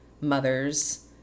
mothers